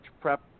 prep